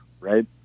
right